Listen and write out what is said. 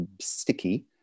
sticky